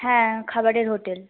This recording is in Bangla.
হ্যাঁ খাবারের হোটেল